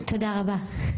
תודה רבה.